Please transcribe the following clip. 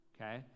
okay